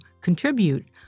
contribute